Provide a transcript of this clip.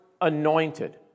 anointed